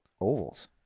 ovals